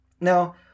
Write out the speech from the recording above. Now